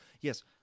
yes